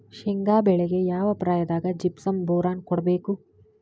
ಶೇಂಗಾ ಬೆಳೆಗೆ ಯಾವ ಪ್ರಾಯದಾಗ ಜಿಪ್ಸಂ ಬೋರಾನ್ ಕೊಡಬೇಕು?